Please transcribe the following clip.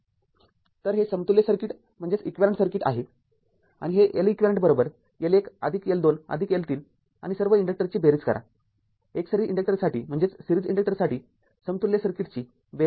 तर हे समतुल्य सर्किट आहे आणि हे Leq L१ आदिक L२ आदिक L३ आणि सर्व इन्डक्टरची बेरीज करा एकसरी इन्डक्टरसाठी समतुल्य सर्किटची बेरीज करा